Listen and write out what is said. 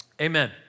amen